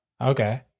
Okay